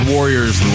Warriors